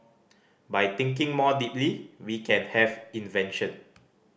by thinking more deeply we can have invention